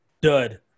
dud